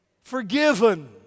forgiven